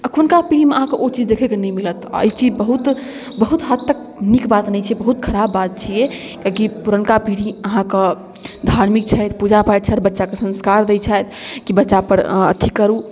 एखुनका पीढ़ीमे अहाँकेँ ओ चीज देखयके नहि मिलत आ ई चीज बहुत बहुत हद तक नीक बात नहि छै बहुत खराब बात छियै किएकि पुरनका पीढ़ी अहाँके धार्मिक छथि पूजा पाठ छथि बच्चाकेँ संस्कार दैत छथि कि बच्चापर अहाँ अथी करू